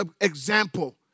example